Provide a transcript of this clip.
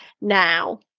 now